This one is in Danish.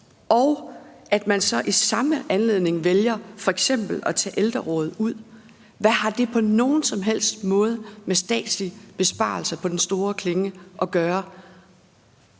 og at man så i samme anledning f.eks. vælger at tage Ældrerådet ud. Hvad har det på nogen som helst måde med statslige besparelser på den store klinge at gøre?